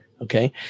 Okay